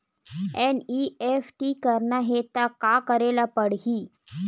NEFT करना हे त का करे ल पड़हि?